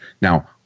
Now